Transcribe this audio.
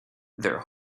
their